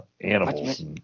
animals